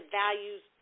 values